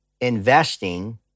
investing